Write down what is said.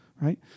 right